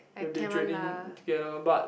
we'll be drilling together but